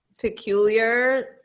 peculiar